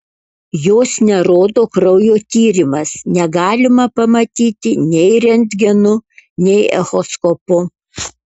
jos nerodo kraujo tyrimas negalima pamatyti nei rentgenu nei echoskopu